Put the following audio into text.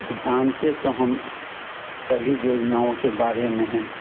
जानते तो हम सभी योजनाओं के बारे में हैं